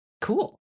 cool